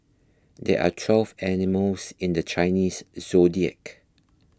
there are twelve animals in the Chinese zodiac